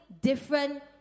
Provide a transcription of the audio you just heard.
different